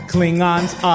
Klingons